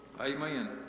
Amen